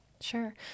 Sure